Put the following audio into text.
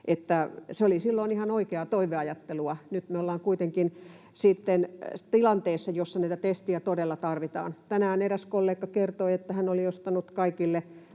se oli silloin ihan oikeaa toiveajattelua. Nyt me ollaan kuitenkin sitten tilanteessa, jossa näitä testejä todella tarvitaan. Tänään eräs kollega kertoi, että hän oli ostanut kaikille,